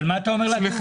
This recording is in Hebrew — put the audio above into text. אבל מה אתה אומר לתעופה?